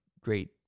great